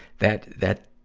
that, that,